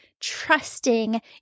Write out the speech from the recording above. trusting